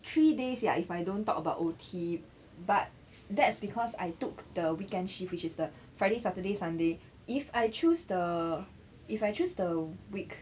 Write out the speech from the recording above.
three days ya if I don't talk about O_T but that's because I took the weekend shift which is the friday saturday sunday if I choose the if I choose the week